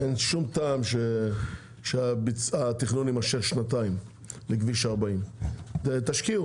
אין שום טעם שהתכנון יימשך שנתיים בכביש 40. תשקיעו,